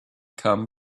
come